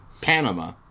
Panama